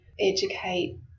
educate